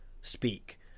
speak